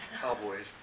cowboys